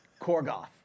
Korgoth